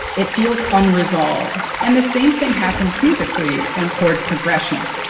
it feels unresolved, and the same thing happens musically in chord progressions